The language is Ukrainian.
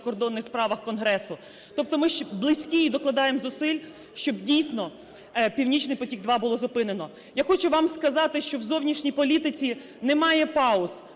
закордонних справах Конгресу. Тобто ми близькі і докладаємо зусиль, щоб, дійсно, "Північний потік-2" було зупинено. Я хочу вам сказати, що в зовнішній політиці немає пауз.